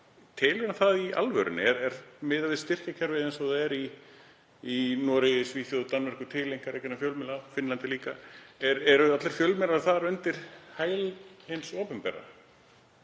Telur hann það í alvörunni, miðað við styrkjakerfið eins og það er í Noregi, Svíþjóð og Danmörku til einkarekinna fjölmiðla, í Finnlandi líka? Eru allir fjölmiðlar þar undir hæl hins opinbera